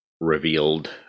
revealed